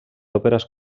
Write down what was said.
òperes